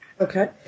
Okay